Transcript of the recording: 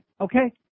okay